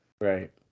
Right